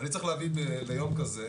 אני צריך להביא ליום כזה,